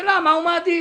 השאלה מה הוא מעדיף.